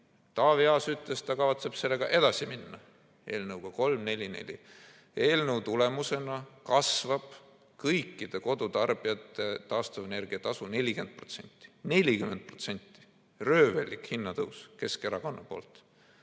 Taavi Aas ütles, et ta kavatseb sellega edasi minna, selle eelnõuga 344. Eelnõu kohaselt kasvab kõikide kodutarbijate taastuvenergia tasu 40%. 40%! Röövellik hinnatõus Keskerakonna poolt!